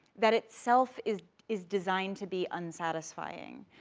that itself is is designed to be unsatisfying.